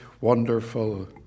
wonderful